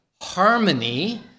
harmony